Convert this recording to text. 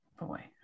boy